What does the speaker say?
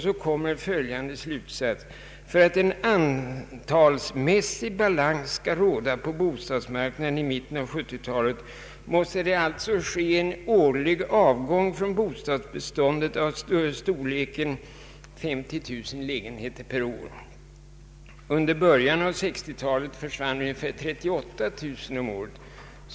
Så kommer följande slutsats: ”För att en antalsmässig balans skall råda på bostadsmarknaden i mitten på sjuttiotalet måste det alltså ske en årlig avgång ifrån bostadsbeståndet av storleksordningen drygt 50000 lägenheter per år.” Under början av 1960-talet försvann ungefär 38 000 lägenheter om året.